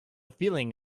feeling